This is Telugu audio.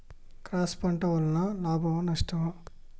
క్రాస్ పంట వలన లాభమా నష్టమా?